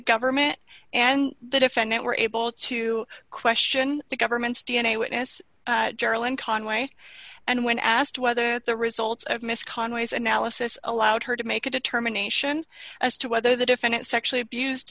government and the defendant were able to question the government's d n a witness jeralyn conway and when asked whether the results of miss conway's analysis allowed her to make a determination as to whether the defendant sexually abused